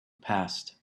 passed